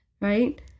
right